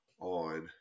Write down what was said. on